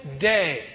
day